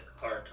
hard